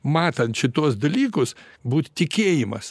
matant šituos dalykus būt tikėjimas